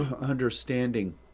understanding